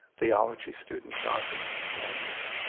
theology student, jonathan daniels.